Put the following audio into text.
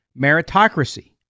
meritocracy